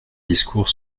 discours